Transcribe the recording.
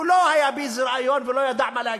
הוא לא היה באיזה ריאיון ולא ידע מה להגיד.